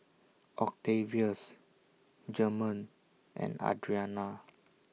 Octavius German and Adrianna